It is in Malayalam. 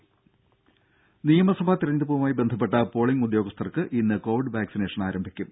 രുഭ നിയമസഭാ തെരഞ്ഞെടുപ്പുമായി ബന്ധപ്പെട്ട പോളിംഗ് ഉദ്യോഗസ്ഥർക്ക് ഇന്ന് കോവിഡ് വാക്സിനേഷൻ ആരംഭിക്കും